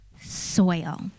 soil